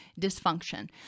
dysfunction